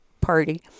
party